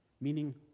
meaning